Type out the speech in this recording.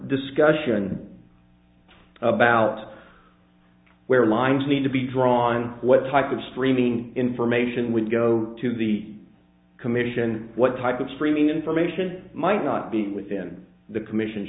discussion about where lines need to be drawn what type of streaming information would go to the commission what type of streaming information might not be within the commission